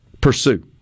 pursue